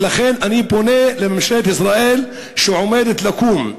ולכן אני פונה לממשלת ישראל שעומדת לקום,